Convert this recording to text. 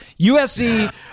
USC